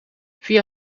via